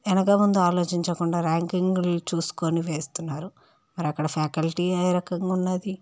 వెనుక ముందు ఆలోచించకుండా ర్యాంకింగ్లు చూసుకుని వేస్తున్నారు మరి అక్కడ ఫ్యాకల్టీ ఏ రకంగా ఉన్నది